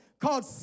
called